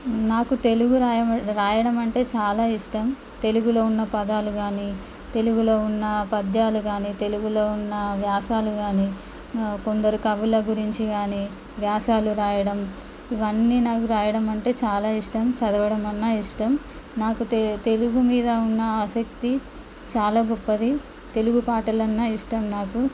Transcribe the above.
నాకు తెలుగు రాయ రాయడం అంటే చాలా ఇష్టం తెలుగులో ఉన్న పదాలు కానీ తెలుగులో ఉన్న పద్యాలు కానీ తెలుగులో ఉన్న వ్యాసాలూ కానీ కొందరు కవుల గురించి కానీ వ్యాసాలు రాయడం ఇవన్నీ నాకు రాయడం అంటే చాలా ఇష్టం చదవడం అన్నా ఇష్టం నాకు తె తెలుగు మీద ఉన్న ఆసక్తి చాలా గొప్పది తెలుగు పాటలన్నా ఇష్టం నాకు